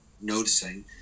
noticing